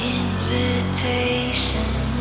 invitation